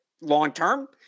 long-term